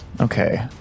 Okay